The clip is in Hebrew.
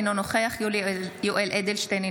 אינו נוכח יולי יואל אדלשטיין,